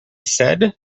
said